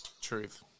Truth